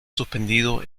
suspendido